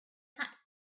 that